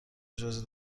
جزئی